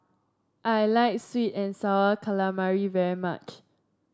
I like sweet and sour calamari very much